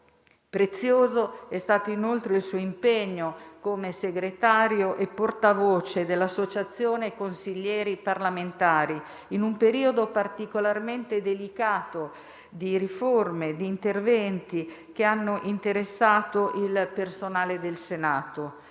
Prezioso è stato, inoltre, il suo impegno come segretario e portavoce dell'Associazione consiglieri parlamentari in un periodo particolarmente delicato di riforme e di interventi che hanno interessato il personale del Senato.